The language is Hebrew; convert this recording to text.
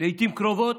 לעיתים קרובות